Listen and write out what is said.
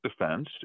defense